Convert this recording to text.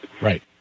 Right